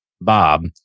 Bob